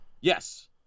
Yes